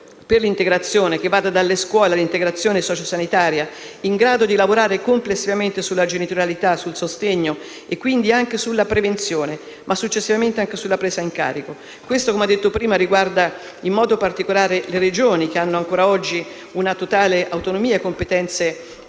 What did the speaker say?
per l'integrazione, che vada dalle scuole all'integrazione sociosanitaria, in grado di lavorare complessivamente sulla genitorialità, sul sostegno, quindi anche sulla prevenzione, e successivamente anche sulla presa in carico. Questo - come ho detto prima - riguarda in modo particolare le Regioni che hanno ancora oggi una totale autonomia e competenze sociali